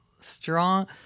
strong